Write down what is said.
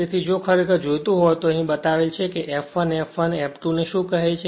તેથી જો ખરેખર જોઈતું હોય તો અહી આ બતાવેલ છે કે F1 F1 F2 ને શું કહે છે